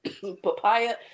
papaya